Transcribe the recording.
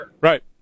Right